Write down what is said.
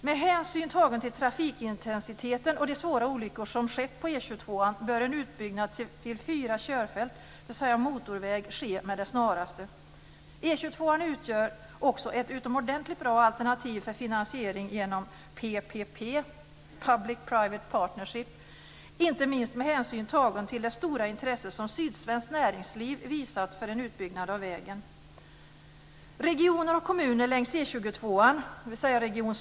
Med hänsyn tagen till trafikintensiteten och de svåra olyckor som skett på E 22:an bör en utbyggnad till fyra körfält, dvs. motorväg ske med det snaraste. E 22:an utgör också ett utomordenligt bra alternativ för finansiering genom PPP, publicprivate partnership, inte minst med hänsyn tagen till det stora intresse som sydsvenskt näringsliv visat för en utbyggnad av vägen.